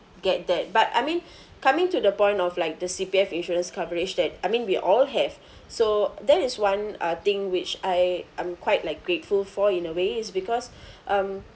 get that but I mean coming to the point of like the C_P_F insurance coverage that I mean we all have so that is one uh thing which I I'm quite like grateful for in a way it's because um